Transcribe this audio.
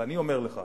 ואני אומר לך